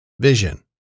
Vision